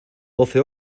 doce